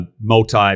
multi